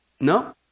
No